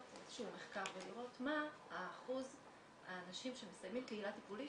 איזשהו מחקר ולראות מה אחוז האנשים שמסיימים קהילה טיפולית